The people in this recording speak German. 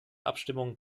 abstimmung